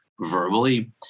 verbally